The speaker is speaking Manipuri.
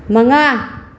ꯃꯉꯥ